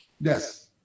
Yes